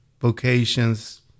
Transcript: vocations